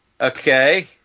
okay